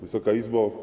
Wysoka Izbo!